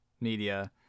media